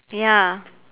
ya